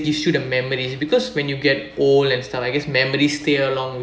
gives you the memories because when you get old and stuff I guess memories stay along